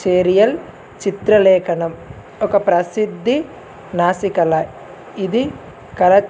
చేరియల్ చిత్రలేఖనం ఒక ప్రసిద్ధి నాసికల ఇది కల